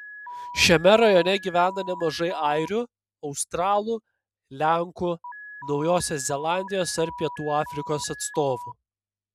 šiame rajone gyvena nemažai airių australų lenkų naujosios zelandijos ar pietų afrikos atstovų